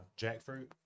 jackfruit